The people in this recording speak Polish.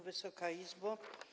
Wysoka Izbo!